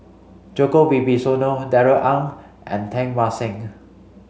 Djoko Wibisono Darrell Ang and Teng Mah Seng